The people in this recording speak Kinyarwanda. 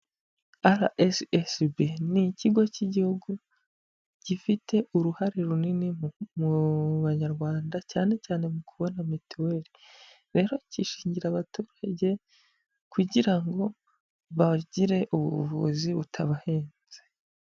RSSB ni ikigo cy'igihugu gifite uruhare runini mu mu banyarwanda, cyane cyane mu kubona mitiweli. Rero cyishingira abaturage, kugira ngo bagire buvuzi butabahenze.